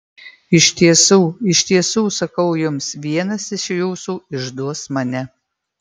iš tiesų iš tiesų sakau jums vienas iš jūsų išduos mane